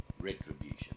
retribution